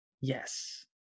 Yes